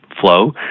flow